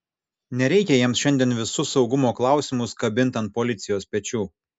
nereikia jiems šiandien visus saugumo klausimus kabint ant policijos pečių